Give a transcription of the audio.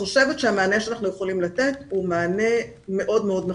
חושבת שהמענה שאנחנו יכולים לתת הוא מענה מאוד מאוד נכון.